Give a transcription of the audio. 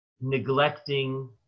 neglecting